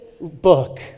book